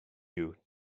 you